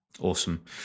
Awesome